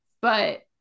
but-